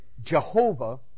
Jehovah